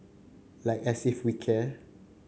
like as if we care